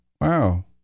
Wow